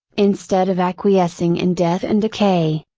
instead of acquiescing in death and decay.